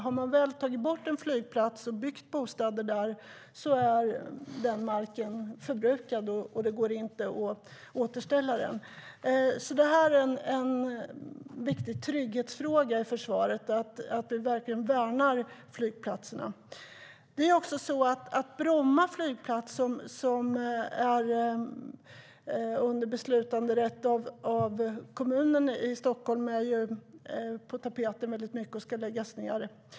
Har man väl tagit bort en flygplats och byggt bostäder där är den marken förbrukad, och det går inte att återställa den. Bromma flygplats, som kommunen har rätt att besluta om, är på tapeten väldigt mycket och ska läggas ned.